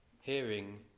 hearing